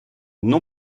non